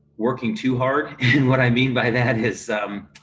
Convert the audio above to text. working too hard and what i mean by that is.